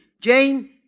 Jane